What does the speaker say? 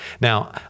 Now